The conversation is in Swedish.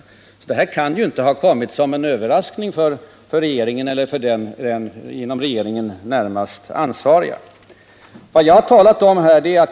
Denna situation kan inte ha kommit som en överraskning för regeringen eller den inom regeringen närmast ansvarige.